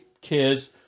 kids